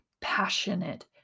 passionate